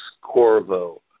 Corvo